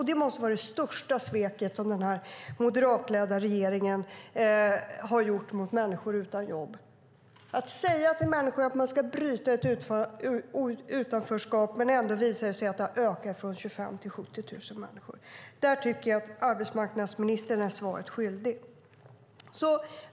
Det måste vara det största svek som den moderatledda regeringen har gjort mot människor utan jobb. Man säger till människor att man ska bryta ett utanförskap, men det visar sig att det har ökat från 25 000 till 70 000 människor. Där tycker jag att arbetsmarknadsministern är svaret skyldig.